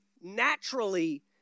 naturally